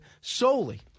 solely